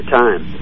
time